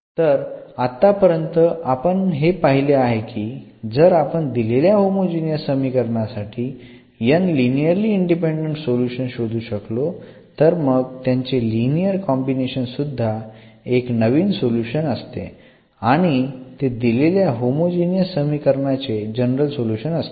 तर आत्तापर्यंत आपण हे पहिले की जर आपण दिलेल्या होमोजिनियस समीकरणासाठी n लिनिअरली इंडिपेंडंट सोल्युशन्स शोधू शकलो तर मग त्यांचे लिनिअर कॉम्बिनेशन सुध्दा एक नवीन सोल्युशन असते आणि ते दिलेल्या होमोजिनियस समीकरणाचे जनरल सोल्युशन असते